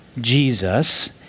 Jesus